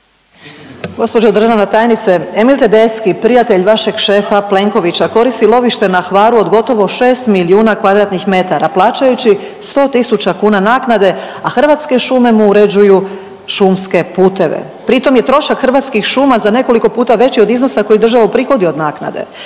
Gđo. državna tajnice, Emil Tedeschi prijatelj vašeg šefa Plenkovića koristi lovište na Hvaru od gotovo 6 milijuna kvadratnih metara plaćajući 100 tisuća kuna naknade, a Hrvatske šume mu uređuju šumske puteve, pri tom je trošak Hrvatskih šuma za nekoliko puta veći od iznosa koji država uprihodi od naknade,